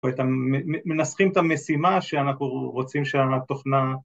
‫מ מ מנסחים את המשימה ‫שאנחנו רוצים שה...תוכנה...